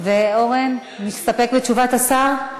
חבר הכנסת אורן חזן, מסתפק בתשובת השר?